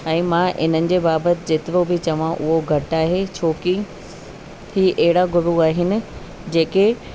ऐं मां इन्हनि जे बाबति जेतिरो बि चवां उहो घटि आहे छो की हीअ अहिड़ा गुरू आहिनि जेके